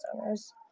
owners